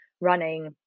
running